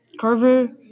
Carver